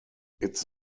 its